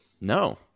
No